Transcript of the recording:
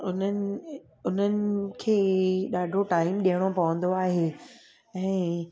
उन्हनि उन्हनि खे ॾाढो टाइम ॾियणो पवंदो आहे ऐं